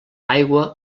aigua